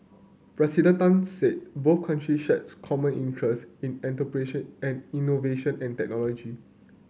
President Tan said both countries shares common interests in entrepreneurship and innovation and technology